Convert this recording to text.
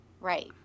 Right